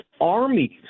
armies